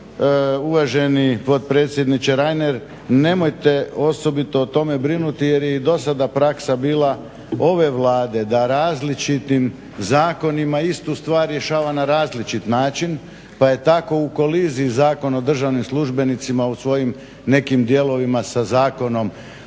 uvaženi potpredsjedniče Reiner nemojte osobito o tome brinuti jer je i do sada praksa bila ove Vlade da različitim zakonima istu stvar rješava na različit način, pa je tako u koliziji Zakon o državnim službenicima u svojim nekim dijelovima sa Zakonom